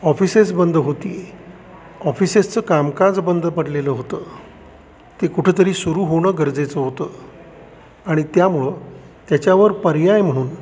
offices बंद होती ऑफिसेसचं कामकाज बंद पडलेलं होतं ते कुठेतरी सुरू होणं गरजेचं होतं आणि त्यामुळं त्याच्यावर पर्याय म्हणून